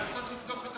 לנסות לבדוק,